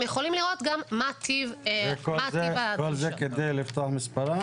כל זה כדי לפתוח מספרה?